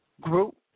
group